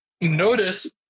notice